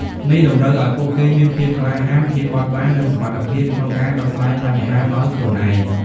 នេះតម្រូវឱ្យពួកគេមានភាពក្លាហាន ភាពបត់បែន និងសមត្ថភាពក្នុងការដោះស្រាយបញ្ហាដោយខ្លួនឯង។